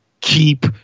keep